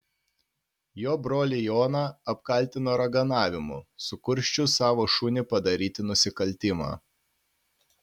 jo brolį joną apkaltino raganavimu sukursčius savo šunį padaryti nusikaltimą